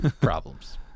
problems